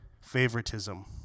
favoritism